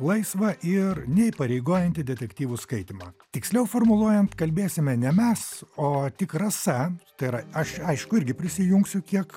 laisvą ir neįpareigojantį detektyvų skaitymą tiksliau formuluojant kalbėsime ne mes o tik rasa tai yra aš aišku irgi prisijungsiu kiek